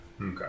Okay